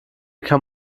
kann